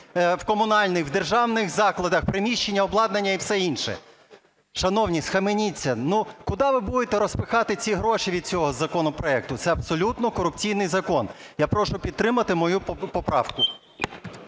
в комунальних державних закладах приміщення, обладнання і все інше. Шановні, схаменіться. Ну, куди ви будете розпихати ці гроші від цього законопроекту? Це абсолютно корупційний закон. Я прошу підтримати мою поправку.